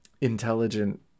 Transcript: intelligent